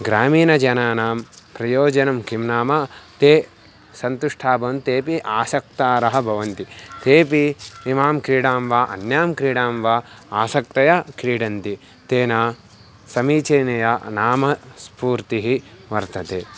ग्रामीणजनानां प्रयोजनं किं नाम ते सन्तुष्टाः भवन्ति तेपि आसक्ताः भवन्ति तेपि इमां क्रीडां वा अन्यां क्रीडां वा आसक्ततया क्रीडन्ति तेन समीचीनतया नाम स्फूर्तिः वर्तते